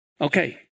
Okay